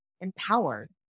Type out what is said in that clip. empowered